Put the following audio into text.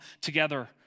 together